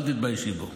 אל תתביישי בו.